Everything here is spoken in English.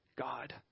God